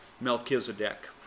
Melchizedek